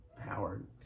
Howard